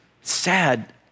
Sad